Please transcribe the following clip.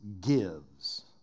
gives